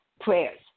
prayers